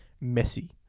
Messy